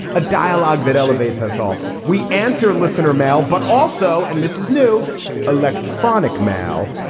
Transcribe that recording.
a dialogue that elevates us all. we answer listener mail, but also and this is new electronic mail.